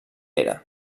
era